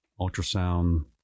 ultrasound